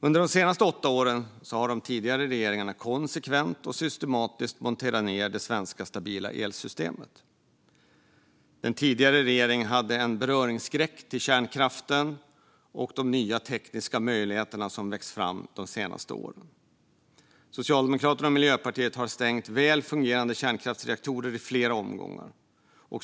Under de senaste åtta åren har de tidigare regeringarna konsekvent och systematiskt monterat ned det svenska stabila elsystemet. Den tidigare regeringen hade en beröringsskräck för kärnkraft och de nya tekniska möjligheter som växt fram de senaste åren. Socialdemokraterna och Miljöpartiet har stängt väl fungerande kärnkraftreaktorer i flera omgångar.